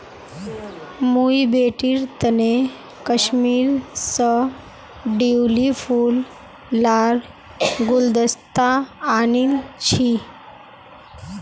मुई बेटीर तने कश्मीर स ट्यूलि फूल लार गुलदस्ता आनील छि